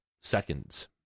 seconds